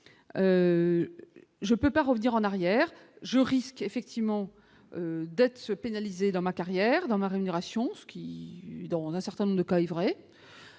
je peux pas revenir en arrière, je risque effectivement d'être pénalisés dans ma carrière, dans ma rémunération, ce qui, dans un certain nombre de cas, il